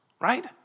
Right